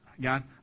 God